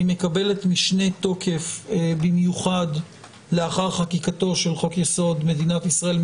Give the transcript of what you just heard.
היא מקבלת משנה תוקף במיוחד לאחר חקיקתו של חוק יסוד: מדינת ישראל,